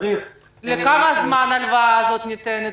לכמה זמן ההלוואה הזאת ניתנת?